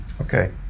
okay